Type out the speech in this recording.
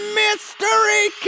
mystery